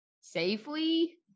safely